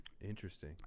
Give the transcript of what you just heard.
Interesting